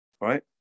right